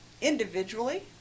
individually